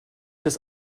des